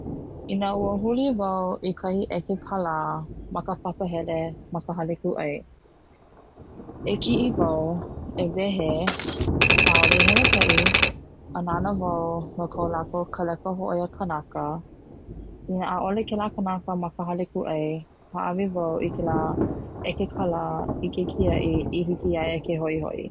Ina ua huli wau i kahi ʻeke kala ma ka papahele ma ka hale kuʻai e kiʻi wau e wehe aka ʻaʻole ia he mea maikaʻi a nana wau no ka lakou kaleka hoʻoia kanaka i na ʻaʻole kela kanaka ma ka hale kuʻai haʻawi wau i kela ʻeke kala i ke kiaʻi i hiki ia ia ke hoʻihoʻi.